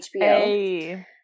HBO